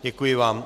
Děkuji vám.